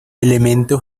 elemento